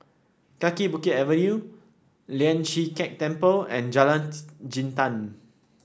Kaki Bukit Avenue Lian Chee Kek Temple and Jalan Jintan